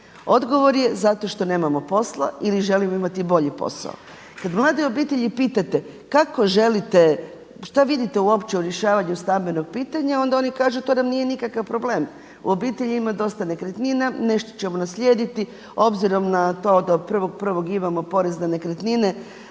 Odgovor je zato što nemamo posla ili želimo imati bolji posao. Kada mlade obitelji pitate kako želite šta vidite uopće u rješavanju stambenog pitanja onda oni kažu to nam nije nikakav problem. u obitelji ima dosta nekretnina nešto ćemo naslijediti, obzirom na to da od 1.1. imamo porez na nekretnine